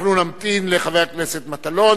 אנחנו נמתין לחבר הכנסת מטלון.